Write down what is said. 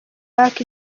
park